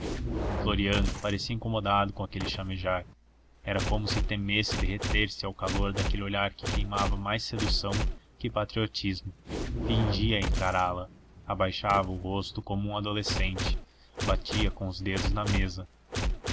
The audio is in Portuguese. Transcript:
floriano parecia incomodado com aquele chamejar era como se temesse derreter se ao calor daquele olhar que queimava mais sedução que patriotismo fugia encará la abaixava o rosto como um adolescente batia com os dedos na mesa